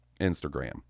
instagram